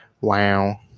Wow